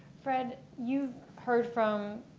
fred, you heard from